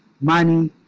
money